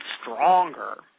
Stronger